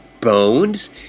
bones